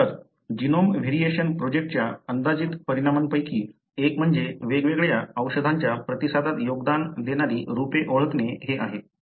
तर genome variation प्रोजेक्टच्या अंदाजित परिणामांपैकी एक म्हणजे वेगवेगळ्या औषधांच्या प्रतिसादात योगदान देणारी रूपे ओळखणे हे आहे